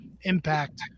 Impact